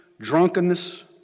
drunkenness